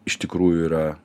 iš tikrųjų yra